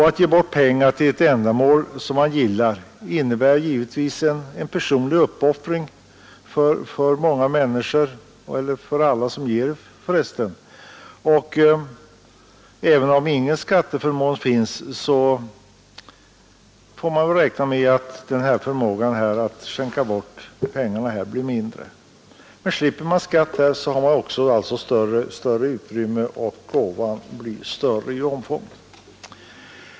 Att ge bort pengar till ett ändamål som man gillar innebär givetvis en personlig uppoffring för alla som ger. Om ingen skatteförmån finns, får man väl räkna med att förmågan att skänka bort pengar blir mindre. Men slipper man skatt har man också större utrymme för att ge och gåvan blir större.